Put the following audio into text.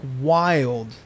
wild